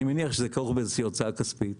אני מניח שזה כרוך בהצעה כספית,